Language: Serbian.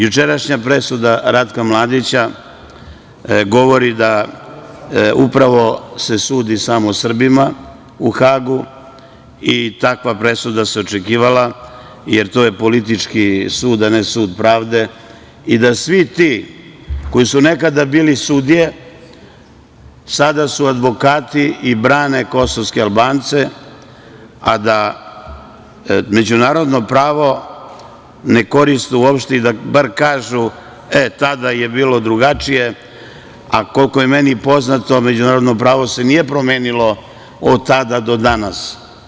Jučerašnja presuda Ratka Mladića govori da se sudi samo Srbima u Hagu i takva presuda se očekivala, jer to je politički sud, a ne sud pravde i da svi ti koji su nekada bili sudije, sada su advokati i brane kosovske Albance, a da međunarodno pravo ne koriste uopšte i da bar kažu – e, tada je bilo drugačije, a koliko je meni poznato, međunarodno pravo se nije promenilo od tada do danas.